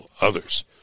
others